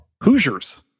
hoosiers